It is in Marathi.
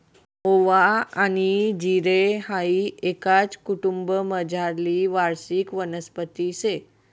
ओवा आनी जिरे हाई एकाच कुटुंबमझारली वार्षिक वनस्पती शे